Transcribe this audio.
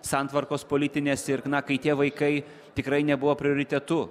santvarkos politinės ir na kai tie vaikai tikrai nebuvo prioritetu